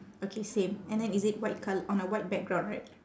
okay same and then is it white col~ on a white background right